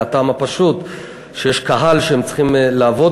מהטעם הפשוט שיש קהל שהם צריכים לעבוד